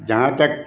जहाँ तक